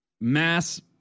mass